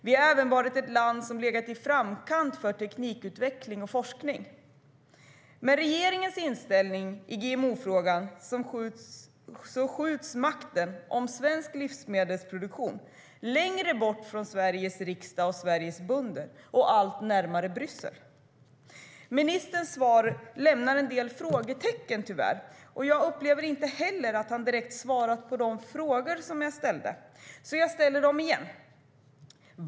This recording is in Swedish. Vi har även varit ett land som har legat i framkant när det gäller teknikutveckling och forskning. Ministerns svar lämnar tyvärr en del frågetecken, och jag upplever inte heller att han direkt har svarat på de frågor som jag ställde, så jag ställer dem igen.